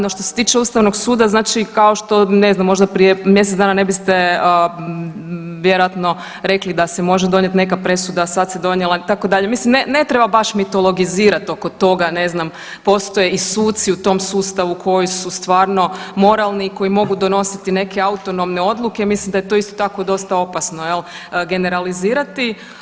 No što se tiče Ustavnog suda, znači kao što, ne znam, možda prije mjesec dana ne biste vjerojatno rekli da se može donijeti neka presuda, sada se donijela i tako dalje, ne treba baš mitologizirati oko toga, ne znam, postoje i suci u tom sustavu koji su stvarno moralni i koji mogu donositi neke autonomne odluke, mislim da je to isto tako dosta opasno, jel, tako generalizirati.